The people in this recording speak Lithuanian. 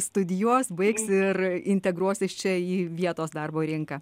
studijuos baigs ir integruosis čia į vietos darbo rinką